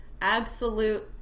absolute